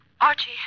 Archie